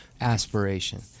aspiration